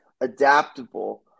adaptable